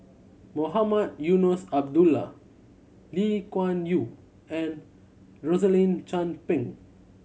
Mohamed Eunos Abdullah Lee Kuan Yew and Rosaline Chan Pang